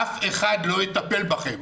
אף אחד לא יטפל בכם.